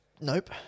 Nope